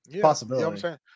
Possibility